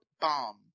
bomb